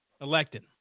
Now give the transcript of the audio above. elected